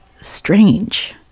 strange